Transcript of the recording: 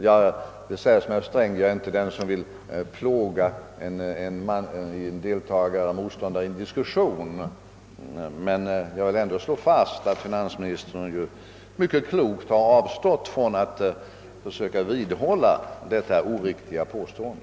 Jag vill liksom herr Sträng säga att jag inte är den som önskar plåga en motståndare i en diskussion men vill ändå slå fast att finansministern mycket klokt avstått från att försöka vidhålla sitt oriktiga påstående.